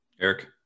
Eric